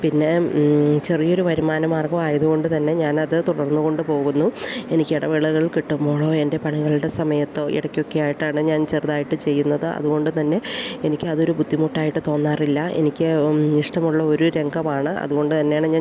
പിന്നെ ചെറിയ ഒരു വരുമാനം മാർഗമായതു കൊണ്ടു തന്നെ ഞാന് അത് തുടർന്ന് കൊണ്ട് പോകുന്നു എനിക്ക് ഇടവേളകൾ കിട്ടുമ്പോളോ എൻ്റെ പണികളുടെ സമയത്തോ ഇടക്ക് ഒക്കെ ആയിട്ടാണ് ഞാൻ ചെറുതായിട്ട് ചെയ്യുന്നത് അതുകൊണ്ട് തന്നെ എനിക്ക് അതൊരു ബുദ്ധിമുട്ടായിട്ട് തോന്നാറില്ല എനിക്ക് ഇഷ്ടമുള്ള ഒരു രംഗമാണ് അതുകൊണ്ടു തന്നെയാണ് ഞാൻ